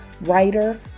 writer